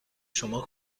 شما